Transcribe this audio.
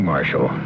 Marshall